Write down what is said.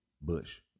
bush